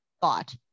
thought